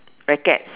racket